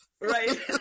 Right